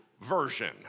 version